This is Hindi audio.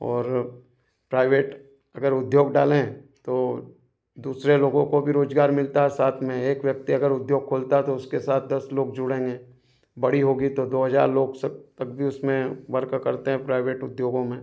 और प्राइवेट अगर उद्योग डालें तो दूसरे लोगों को भी रोज़गार मिलता है साथ में एक व्यक्ति अगर उद्योग खोलता है तो उसके साथ दस लोग जुड़ेंगे बड़ी होगी तो दो हज़ार लोग सब तक भी उसमें वर्क करते हैं प्राइवेट उद्योगों में